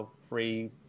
free